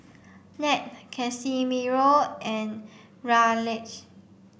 Nat Casimiro and Raleigh